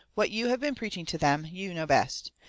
what you have been preaching to them, you know best.